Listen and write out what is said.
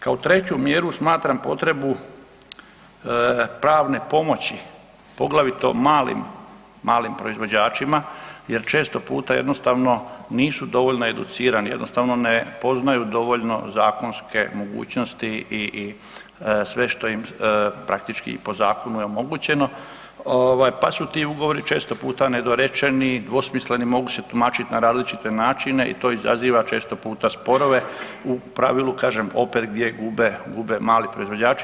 Kao treću mjeru smatram potrebu pravne pomoći poglavito malim, malim proizvođačima jer često puta jednostavno nisu dovoljno educirani, jednostavno ne poznaju dovoljno zakonske mogućnosti i sve što im praktički i po zakonu je omogućeno ovaj pa su ti ugovori često puta nedorečeni, dvosmisleni, mogu se tumačiti na različite načine i to izaziva često puta sporove u pravilu kažem opet gdje gube mali proizvođači.